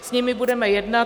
S nimi budeme jednat.